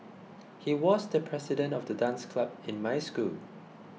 he was the president of the dance club in my school